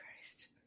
christ